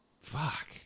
Fuck